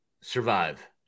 survive